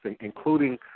including